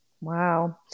Wow